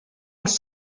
els